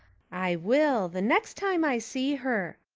i will, the next time i see her,